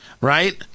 right